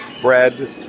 bread